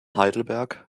heidelberg